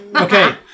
Okay